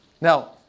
Now